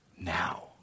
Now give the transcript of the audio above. now